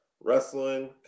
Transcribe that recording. wrestling